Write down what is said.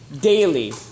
daily